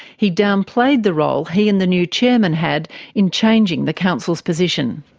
he downplayed the role he and the new chairman had in changing the council's position.